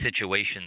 situations